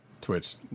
Twitch